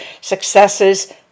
successes